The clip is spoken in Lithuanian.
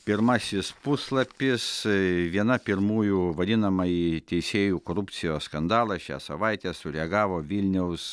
pirmasis puslapis viena pirmųjų vadinamąjį teisėjų korupcijos skandalą šią savaitę sureagavo vilniaus